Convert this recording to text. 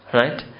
Right